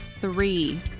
three